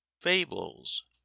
Fables